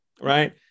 right